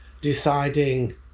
deciding